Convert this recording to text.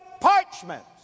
parchments